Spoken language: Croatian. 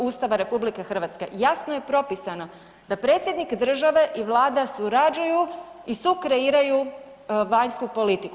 Ustava RH jasno je propisano da predsjednik države i vlada surađuju i sukreiraju vanjsku politiku.